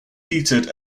heated